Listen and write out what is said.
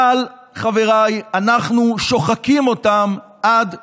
אבל חבריי, אנחנו שוחקים אותם עד דק.